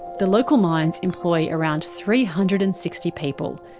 the local mines employ around three hundred and sixty people.